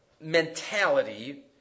mentality